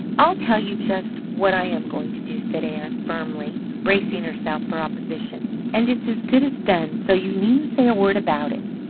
i'll tell you just what i am going to do, said ann firmly, bracing herself for opposition, and it's as good as done, so you needn't say a word about it.